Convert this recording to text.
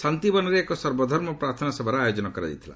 ଶାନ୍ତି ବନରେ ଏକ ସର୍ବଧର୍ମ ପ୍ରାର୍ଥନା ସଭାର ଆୟୋଜନ କରାଯାଇଛି